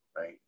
right